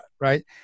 right